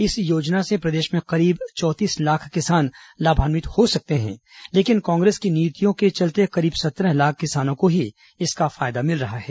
इस योजना से प्रदेश में करीब चौंतीस लाख किसान लाभान्वित हो सकते हैं लेकिन कांग्रेस की नीतियों के चलते करीब सत्रह लाख किसानों को ही इसका फायदा मिल रहा है